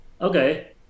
okay